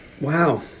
wow